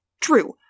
true